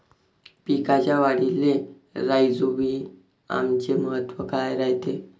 पिकाच्या वाढीले राईझोबीआमचे महत्व काय रायते?